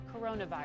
coronavirus